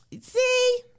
See